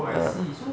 ya